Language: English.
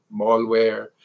malware